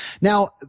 Now